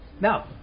Now